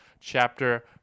Chapter